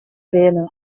lehena